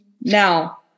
now